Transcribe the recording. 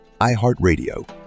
iHeartRadio